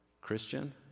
Christian